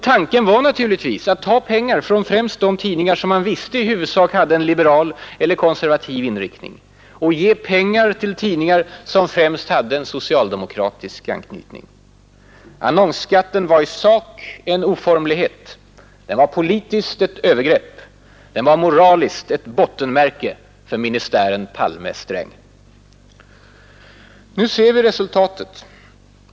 Tanken var naturligtvis att ta pengar från främst de tidningar som man visste i huvudsak hade en liberal eller konservativ inriktning och ge pengar till tidningar som främst hade en socialdemokratisk anknytning. Annonsskatten var i sak en oformlighet, politiskt ett övergrepp, moraliskt ett bottenmärke för ministären Palme-Sträng. Nu ser vi resultatet.